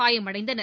காயமடைந்தனர்